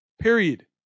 Period